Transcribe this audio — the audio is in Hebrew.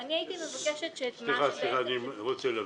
אני הייתי מבקשת --- סליחה, אני רוצה להבין.